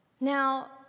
Now